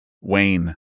Wayne